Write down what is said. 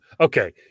okay